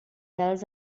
else